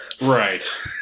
Right